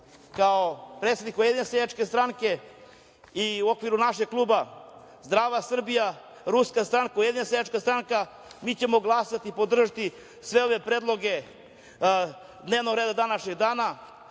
predsednik Ujedinjene seljačke stranke i okviru našeg kluba Zdrava Srbija – Ruska stranka – Ujedinjena seljačka stranka, mi ćemo glasati i podržati sve ove predloge dnevnog reda današnjeg dana.